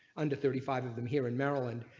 under thirty five of them here in maryland.